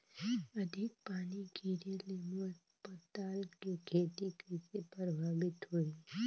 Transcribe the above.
अधिक पानी गिरे ले मोर पताल के खेती कइसे प्रभावित होही?